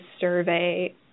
survey